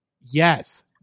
yes